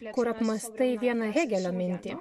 kur apmąstai vieną hėgelio mintį